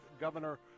Governor